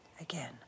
again